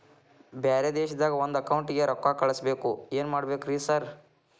ಬ್ಯಾರೆ ದೇಶದಾಗ ಒಂದ್ ಅಕೌಂಟ್ ಗೆ ರೊಕ್ಕಾ ಕಳ್ಸ್ ಬೇಕು ಏನ್ ಮಾಡ್ಬೇಕ್ರಿ ಸರ್?